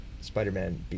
Spider-Man